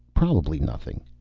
probably nothing.